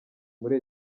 muri